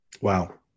Wow